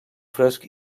fresc